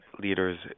leaders